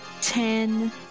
ten